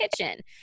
kitchen